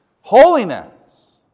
Holiness